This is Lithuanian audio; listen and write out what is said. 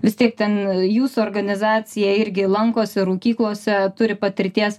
vis tiek ten jūsų organizacija irgi lankosi rūkyklose turi patirties